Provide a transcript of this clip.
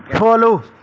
follow